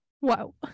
Wow